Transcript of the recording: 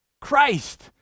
Christ